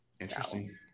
Interesting